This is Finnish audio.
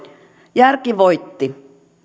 järki voitti